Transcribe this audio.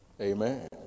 Amen